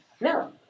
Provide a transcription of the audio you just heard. No